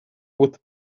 with